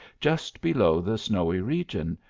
just below the snowy region,